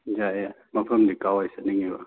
ꯌꯥꯏꯌꯦ ꯃꯐꯝꯗꯤ ꯀꯥꯋꯥꯏ ꯆꯠꯅꯤꯡꯉꯤꯕ